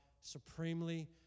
supremely